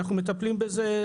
אנחנו מטפלים בזה,